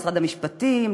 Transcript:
משרד המשפטים,